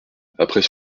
après